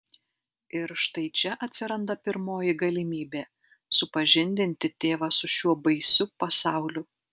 ir štai čia atsiranda pirmoji galimybė supažindinti tėvą su šiuo baisiu pasauliu